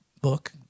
book